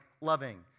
loving